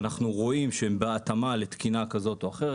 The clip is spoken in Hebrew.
אנחנו רואים שבהתאמה לתקינה כזו או אחרת,